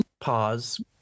pause